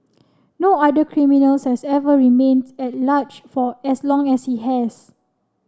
no other criminals has ever remains at large for as long as he has